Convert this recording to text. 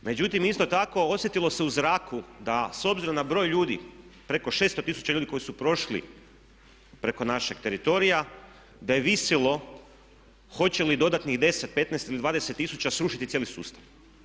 Međutim, isto tako osjetilo se u zraku da s obzirom na broj ljudi preko 600 tisuća ljudi koji su prošli preko našeg teritorija da je visjelo hoće li dodatnih 10, 15 ili 20 tisuća srušiti cijeli sustav.